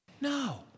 No